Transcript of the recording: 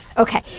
okay,